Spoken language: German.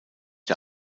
der